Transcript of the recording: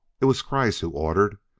it was kreiss who ordered,